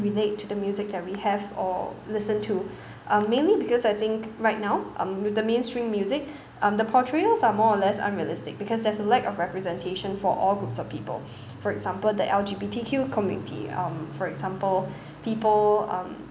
relate to the music that we have or listen to uh mainly because I think right now um with the mainstream music um the portrayals are more or less unrealistic because there's a lack of representation for all groups of people for example the L_G_B_T_Q community um for example people um